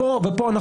אני לא מובן תיכנס.